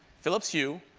philips hue,